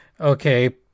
Okay